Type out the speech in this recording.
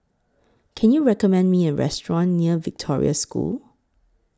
Can YOU recommend Me A Restaurant near Victoria School